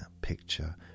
picture